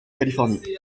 californie